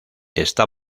está